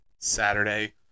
Saturday